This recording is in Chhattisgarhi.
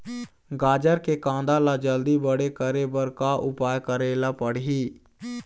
गाजर के कांदा ला जल्दी बड़े करे बर का उपाय करेला पढ़िही?